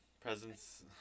presents